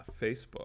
Facebook